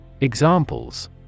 Examples